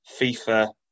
FIFA